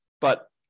But-